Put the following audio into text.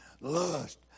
Lust